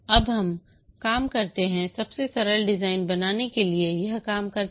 अब यह काम करते हैं सबसे सरल डिजाइन बनाने के लिए यह काम करते हैं